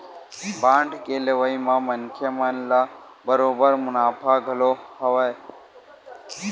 bond के लेवई म मनखे मन ल बरोबर मुनाफा घलो हवय